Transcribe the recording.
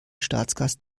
staatsgast